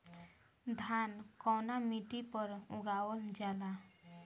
धान कवना मिट्टी पर उगावल जाला?